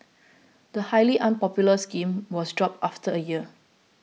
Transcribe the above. the highly unpopular scheme was dropped after a year